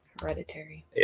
Hereditary